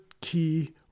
key